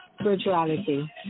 Spirituality